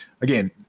Again